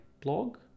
blog